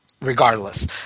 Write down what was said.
regardless